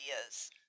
ideas